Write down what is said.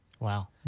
Wow